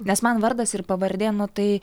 nes man vardas ir pavardė nu tai